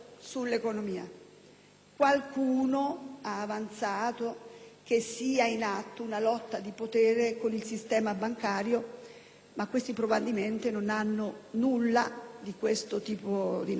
Qualcuno ha avanzato che sia in atto una lotta di potere con il sistema bancario, ma questi provvedimenti non hanno natura coercitiva.